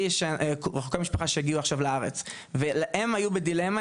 לי יש קרוביי משפחה שהגיעו עכשיו לארץ והם היו בדילמה,